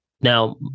Now